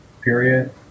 period